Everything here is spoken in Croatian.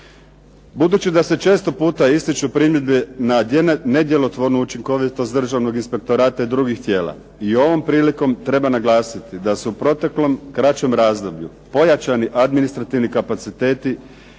Budući da se često puta ističu primjedbe na nedjelotvornu učinkovitost državnog inspektorata i drugih tijela, i ovom prilikom treba naglasiti da su u proteklom kraćem razdoblju pojačani administrativni kapaciteti